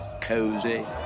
cozy